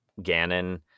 Ganon